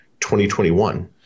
2021